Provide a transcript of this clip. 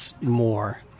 more